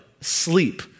Sleep